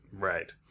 Right